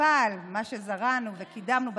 אבל מה שזרענו וקידמנו בתוכניות,